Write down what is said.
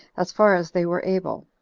as far as they were able.